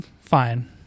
fine